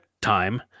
time